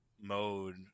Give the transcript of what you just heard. mode